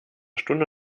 stunde